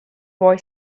boy